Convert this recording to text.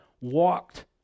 walked